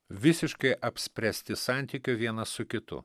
visiškai apspręsti santykio vienas su kitu